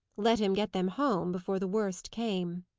let him get them home before the worst came!